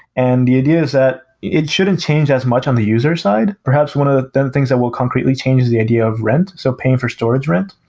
and the ideas that it shouldn't change as much on the user side. perhaps one of them things that will concretely change the idea of rent, so paying for storage rent.